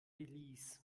belize